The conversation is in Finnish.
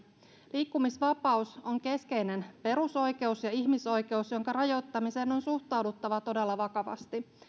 liikkumisvapaus on keskeinen perusoikeus ja ihmisoikeus jonka rajoittamiseen on suhtauduttava todella vakavasti